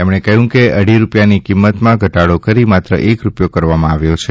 તેમણે કહ્યું કે અઢી રૂપિયાની કિંમતમાં ઘટાડો કરી માત્ર એક રૂપિયો કરવામાં આવ્યો છે